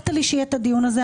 הבטחת לי שיהיה את הדיון הזה.